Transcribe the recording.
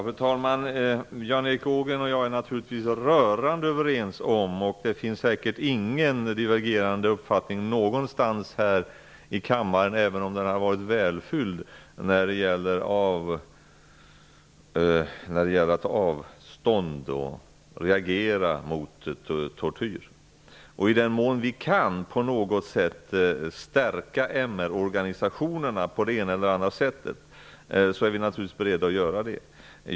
Fru talman! Jan Erik Ågren och jag är naturligtvis rörande överens vad gäller att ta avstånd från och reagera mot tortyr, och det skulle säkert inte finnas någon divergerande uppfattning någonstans här i kammaren, även om den hade varit välfylld. I den mån vi på något sätt kan stärka MR organisationerna är vi naturligtvis beredda att göra det.